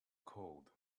cold